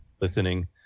listening